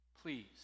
Please